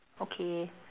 okay